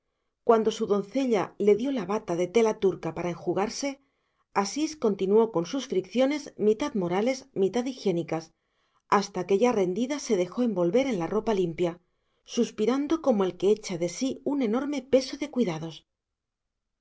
cuando su doncella le dio la bata de tela turca para enjugarse asís continuó con sus fricciones mitad morales mitad higiénicas hasta que ya rendida se dejó envolver en la ropa limpia suspirando como el que echa de sí un enorme peso de cuidados